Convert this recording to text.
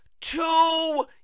two